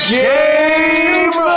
game